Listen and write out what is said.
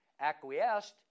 acquiesced